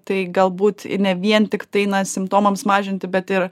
tai galbūt ne vien tiktai na simptomams mažinti bet ir